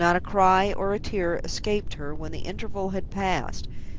not a cry or a tear escaped her when the interval had passed,